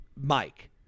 Mike